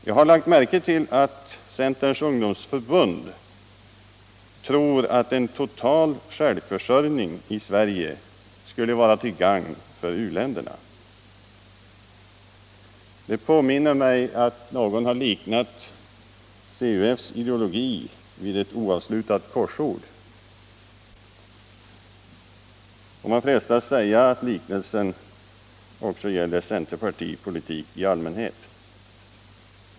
Jag har lagt märke till att centerns ungdomstörbund tror att en total självförsörjning i Sverige skulle vara till gagn för u-länderna. Det påminner mig om att någon har liknat CUF:s ideologi vid ett oavslutat korsord. Man frestas säga att liknelsen också tycks gälla centerpartiets politik i allmänhet.